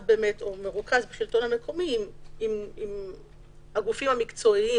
בשלטון המקומי עם הגופים המקצועיים.